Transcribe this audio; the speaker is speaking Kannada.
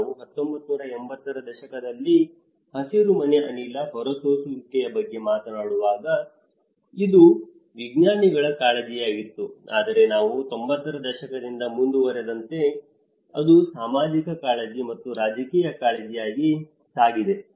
ನಾವು 1980 ರ ದಶಕದಲ್ಲಿ ಹಸಿರುಮನೆ ಅನಿಲ ಹೊರಸೂಸುವಿಕೆಯ ಬಗ್ಗೆ ಮಾತನಾಡುವಾಗ ಇದು ಇದು ವಿಜ್ಞಾನಿಗಳ ಕಾಳಜಿಯಾಗಿತ್ತು ಆದರೆ ನಾವು 90 ರ ದಶಕದಿಂದ ಮುಂದುವರೆದಂತೆ ಅದು ಸಾಮಾಜಿಕ ಕಾಳಜಿ ಮತ್ತು ರಾಜಕೀಯ ಕಾಳಜಿಯಾಗಿ ಸಾಗಿದೆ